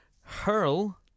hurl